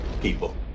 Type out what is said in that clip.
people